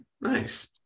Nice